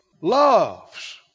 loves